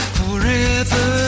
forever